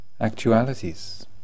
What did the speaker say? actualities